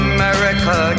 America